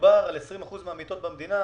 מדובר על 20% מהמיטות במדינה,